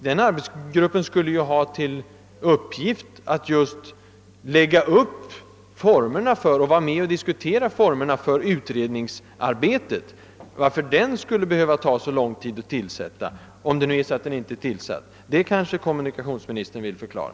Den skulle ju ha till uppgift att lägga upp och diskutera formerna för utredningsarbetet. Kommunikationsministern kanske vill förklara varför det skall behöva ta så lång tid att tillsätta den arbetsgruppen — om den nu inte är tillsatt.